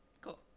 Cool